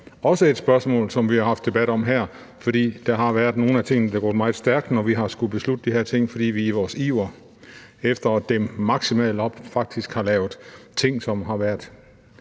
Det er også et spørgsmål, som vi har haft debat om her, fordi nogle af tingene er gået meget stærkt, når vi har skullet beslutte de her ting, fordi vi i vores iver efter at dæmme maksimalt op faktisk har lavet ting, som har været